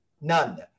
None